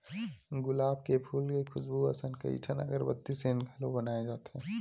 गुलाब के फूल के खुसबू असन कइठन अगरबत्ती, सेंट घलो बनाए जाथे